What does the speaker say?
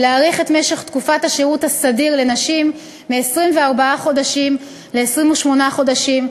להאריך את משך השירות הסדיר לנשים מ-24 חודשים ל-28 חודשים,